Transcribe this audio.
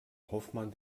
hoffmann